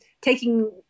taking